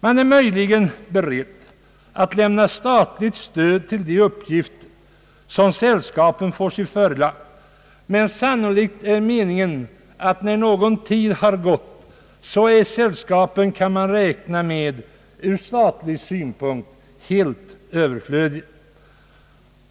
Man är möjligen beredd att lämna statligt stöd till de uppgifter som sällskapen får sig förelagda, men meningen är sannolikt att när någon tid har gått sällskapen ur statlig synpunkt är helt överflödiga.